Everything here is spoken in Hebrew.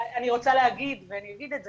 אני רוצה להגיד, ואני אגיד את זה,